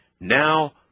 Now